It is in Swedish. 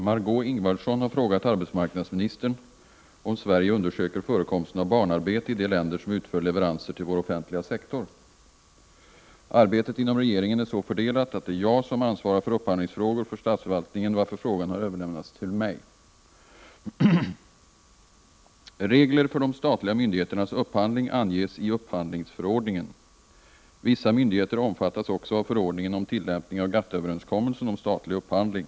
Margé Ingvardsson har frågat arbetsmarknadsministern om Sverige undersöker förekomsten av barnarbete i de länder som utför leveranser till vår offentliga sektor. Arbetet inom regeringen är så fördelat att det är jag som ansvarar för upphandlingsfrågor för statsförvaltningen, varför frågan har överlämnats till mig. Regler för de statliga myndigheternas upphandling anges i upphandlingsförordningen. Vissa myndigheter omfattas också av förordningen om tillämpning av GATT-överenskommelsen om statlig upphandling.